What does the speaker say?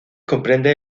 comprende